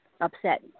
upset